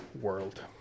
world